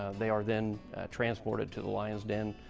they are then transported to the lion's den,